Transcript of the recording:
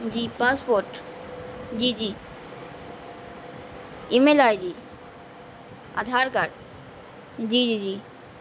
جی passport جی جی email I D Aadhaar card جی جی جی